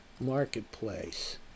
marketplace